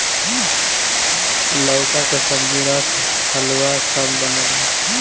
लउका के सब्जी, रस, हलुआ सब बनेला